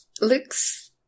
Looks